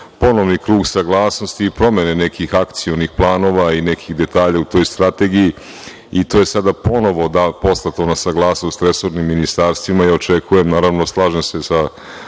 ponovni krug saglasnosti i promene nekih akcioni planova i nekih detalja u toj strategiji i to je sada ponovo poslato na saglasnost resornim ministarstvima i očekujem, naravno, slažem se sa